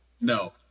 No